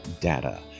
data